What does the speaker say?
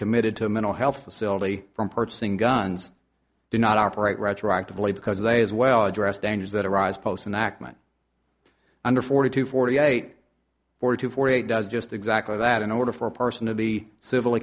committed to a mental health facility from purchasing guns do not operate retroactively because they as well address dangers that arise post in ackman under forty two forty eight forty two forty eight does just exactly that in order for a person to be civil